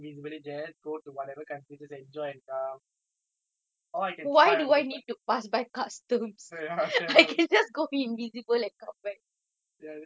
or I can spy on people ya ya that's true I can take flights !wah! every day I can take new flights and go